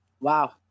Wow